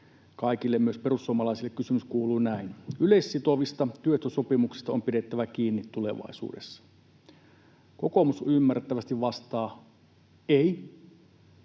kaikille, myös perussuomalaisille, kysymys kuuluu näin: ”Yleissitovista työehtosopimuksista on pidettävä kiinni tulevaisuudessa.” Kokoomus ymmärrettävästi vastaa ”ei”.